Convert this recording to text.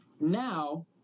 Now